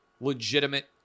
legitimate